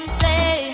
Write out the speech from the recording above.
say